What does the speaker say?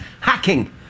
hacking